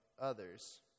others